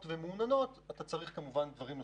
ומעוננות אתה צריך כמובן דברים נוספים.